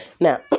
Now